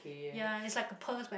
ya is like a purse but